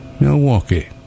Milwaukee